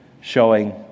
showing